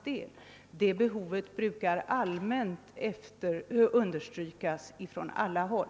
Det behovet brukar understrykas från alla håll.